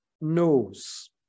knows